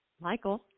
Michael